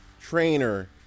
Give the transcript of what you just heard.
trainer